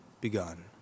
begun